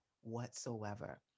whatsoever